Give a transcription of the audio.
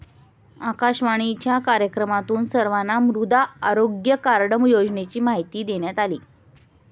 आकाशवाणीच्या कार्यक्रमातून सर्वांना मृदा आरोग्य कार्ड योजनेची माहिती देण्यात आली